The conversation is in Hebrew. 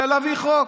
ולהביא חוק.